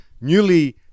newly